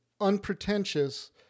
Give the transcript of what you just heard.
unpretentious